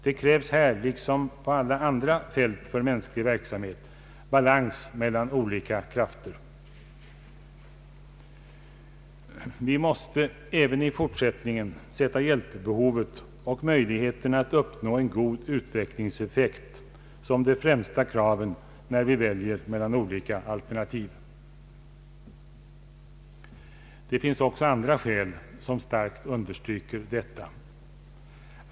Det krävs här, liksom på alla andra fält för mänsklig verksamhet, balans mellan de olika krafterna. Vi måste även i fortsättningen sätta hjälpbehovet och <möjligheterna att uppnå en god utvecklingseffekt som de främsta kraven när vi väljer mellan olika alternativ. Det finns också andra skäl som starkt understryker detta.